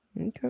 Okay